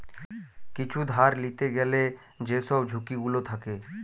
কিছু ধার লিতে গ্যালে যেসব ঝুঁকি গুলো থাকে